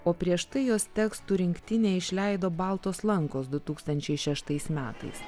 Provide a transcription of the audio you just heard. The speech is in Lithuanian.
o prieš tai jos tekstų rinktinę išleido baltos lankos du tūkstančiai šeštais metais